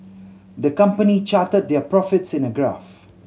the company charted their profits in a graph